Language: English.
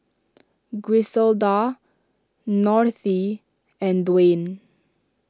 Griselda and Dawne